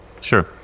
sure